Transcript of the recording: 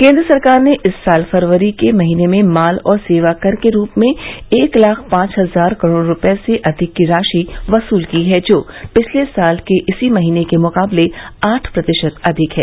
केन्द्र सरकार ने इस साल फरवरी के महीने में माल और सेवा कर के रूप में एक लाख पांच हजार करोड रूपये से अधिक की राशि वसूल की है जो पिछले साल के इसी महीने के मुकाबले आठ प्रतिशत अधिक है